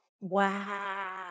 Wow